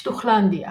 שטוחלנדיה